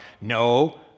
no